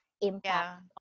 impact